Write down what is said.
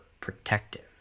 protective